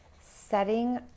setting